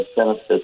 benefits